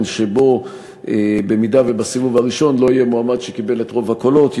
שבו אם בסיבוב הראשון לא יהיה מועמד שקיבל את רוב הקולות,